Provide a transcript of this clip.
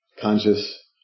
conscious